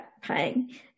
paying